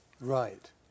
Right